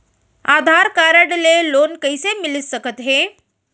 आधार card ले loan कइसे मिलिस सकत हे?